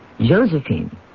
Josephine